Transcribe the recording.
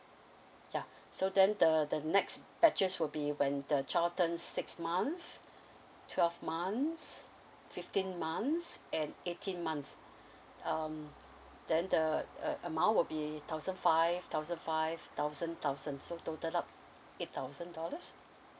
ya so then the the next purchase will be when the child turns six month twelve months fifteen months and eighteen months um then the uh amount will be thousand five thousand five thousand thousand so total up eight thousand dollars